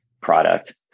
product